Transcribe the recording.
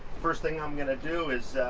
first thing i'm gonna do is